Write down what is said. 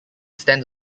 stands